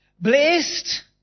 Blessed